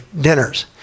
dinners